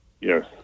Yes